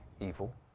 evil